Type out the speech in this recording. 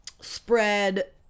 spread